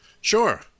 Sure